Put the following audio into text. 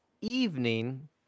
evening